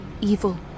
evil